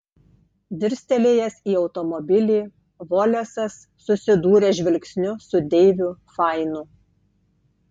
dirstelėjęs į automobilį volesas susidūrė žvilgsniu su deiviu fainu